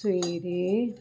ਸਵੇਰੇ